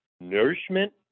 nourishment